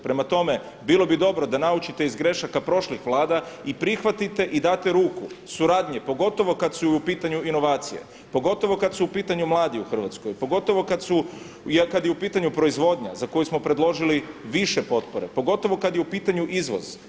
Prema tome, bilo bi dobro da naučite iz grešaka prošlih Vlada i prihvatite i date ruku suradnji pogotovo kad su u pitanju inovacije, pogotovo kad su u pitanju mladih u Hrvatskoj, pogotovo kad je u pitanju proizvodnja za koju smo predložili više potpore, pogotovo kad je u pitanju izvoz.